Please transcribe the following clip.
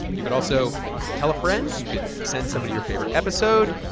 you could also tell a friend. you could send somebody your favorite episode.